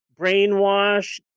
brainwashed